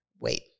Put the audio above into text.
wait